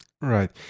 Right